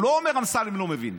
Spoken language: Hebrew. הוא לא אומר: אמסלם לא מבין,